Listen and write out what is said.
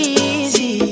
easy